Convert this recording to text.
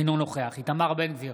אינו נוכח איתמר בן גביר,